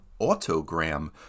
Autogram